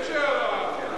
יש הערה,